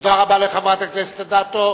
תודה רבה לחברת הכנסת אדטו.